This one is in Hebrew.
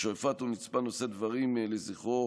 בשועפאט הוא נצפה נושא דברים לזכרו